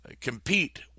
compete